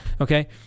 Okay